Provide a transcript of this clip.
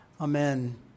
Amen